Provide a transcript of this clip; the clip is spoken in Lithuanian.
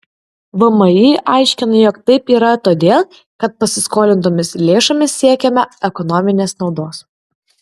vmi aiškina jog taip yra todėl kad pasiskolintomis lėšomis siekiama ekonominės naudos